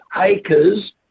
acres